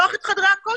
לפתוח את חדרי הכושר.